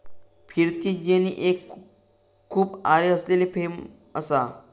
फिरती जेनी एक खूप आरे असलेली फ्रेम असा